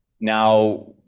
Now